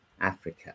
Africa